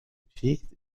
peaked